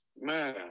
man